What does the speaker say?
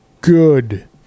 good